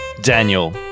Daniel